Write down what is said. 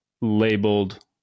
labeled